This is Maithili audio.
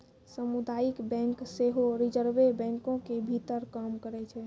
समुदायिक बैंक सेहो रिजर्वे बैंको के भीतर काम करै छै